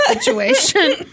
situation